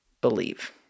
believe